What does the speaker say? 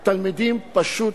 התלמידים, פשוט